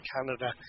Canada